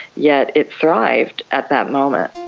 yet it thrived at that moment.